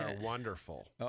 wonderful